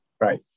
right